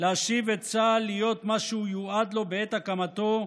להשיב את צה"ל להיות מה שהוא יועד לו בעת הקמתו,